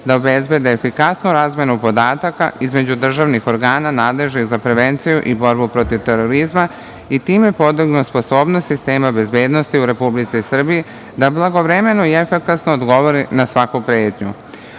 da obezbede efikasnu razmenu podataka između državnih organa nadležnih za prevenciju i borbu protiv terorizma i time podignu sposobnost sistema bezbednosti u Republici Srbiji da blagovremeno i efikasno odgovore na svaku pretnju.U